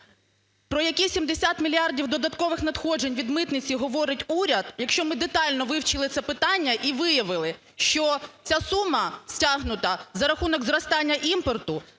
Про які 70 мільярдів додаткових надходжень від митниці говорить уряд, якщо ми детально вивчили це питання і виявили, що ця сума стягнута за рахунок зростання імпорту,